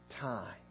time